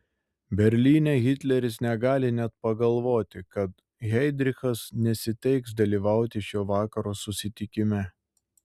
berlyne hitleris negali net pagalvoti kad heidrichas nesiteiks dalyvauti šio vakaro susitikime